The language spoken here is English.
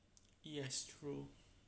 yes true